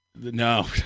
No